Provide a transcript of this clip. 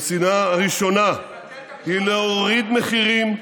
המשימה שלנו היא להוריד מחירים,